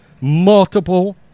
multiple